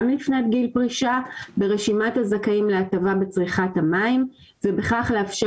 לפני גיל פרישה ברשימה הזכאים להטבה בצריכת המים ובכך לאפשר